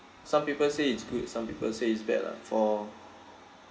some people say it's good some people say it's bad lah for